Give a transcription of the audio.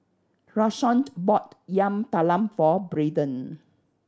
Rashawn bought Yam Talam for Braden